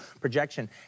projection